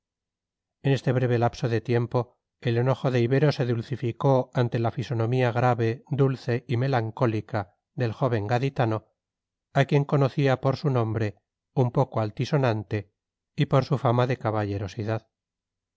en este breve lapso de tiempo el enojo de ibero se dulcificó ante la fisonomía grave dulce y melancólica del joven gaditano a quien conocía por su nombre un poco altisonante y por su fama de caballerosidad